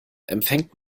empfängt